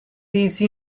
these